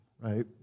right